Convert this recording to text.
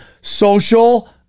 social